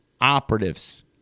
operatives